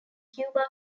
cuba